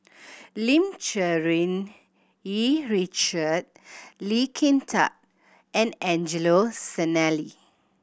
Lim Cherng Yih Richard Lee Kin Tat and Angelo Sanelli